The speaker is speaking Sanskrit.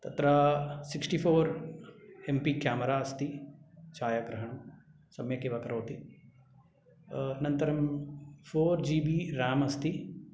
तत्र सिक्स्टिफोर् एम्पि केमेरा अस्ति छायाग्रहं सम्यकेव करोति अनन्तरं फोर् जीबि रेम् अस्ति